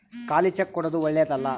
ಖಾಲಿ ಚೆಕ್ ಕೊಡೊದು ಓಳ್ಳೆದಲ್ಲ